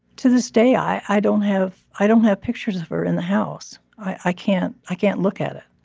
to this day, i don't have i don't have pictures of her in the house. i can't i can't look at it.